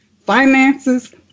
finances